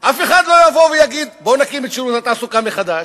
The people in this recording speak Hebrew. אף אחד לא יבוא ויגיד: בואו ונקים את שירות התעסוקה מחדש.